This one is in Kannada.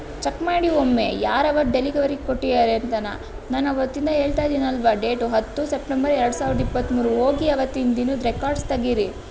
ಚೆಕ್ ಮಾಡಿ ಒಮ್ಮೆ ಯಾರು ಆವತ್ತು ಡೆಲಿವರಿ ಕೊಟ್ಟಿದ್ದಾರೆ ಅಂತನ ನಾನವತ್ತಿಂದ ಹೇಳ್ತಾ ಇದ್ದೀನಲ್ವಾ ಡೇಟ್ ಹತ್ತು ಸಪ್ಟೆಂಬರ್ ಎರಡು ಸಾವಿರದ ಇಪ್ಪತ್ತಮೂರು ಹೋಗಿ ಆವತ್ತಿನ ದಿನದ ರೆಕಾರ್ಡ್ಸ್ ತೆಗೀರಿ